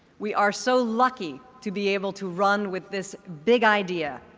we are so lucky to be able to run with this big idea.